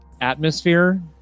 Atmosphere